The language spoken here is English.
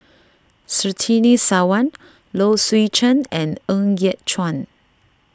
Surtini Sarwan Low Swee Chen and Ng Yat Chuan